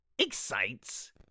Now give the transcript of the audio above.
excites